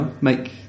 make